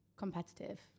Competitive